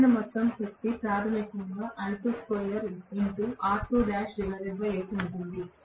వచ్చిన మొత్తం శక్తి ప్రాథమికంగా ఉంటుంది